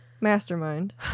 mastermind